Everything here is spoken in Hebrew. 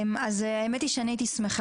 אז האמת שהייתי שמחה,